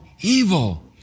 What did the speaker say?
evil